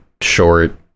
short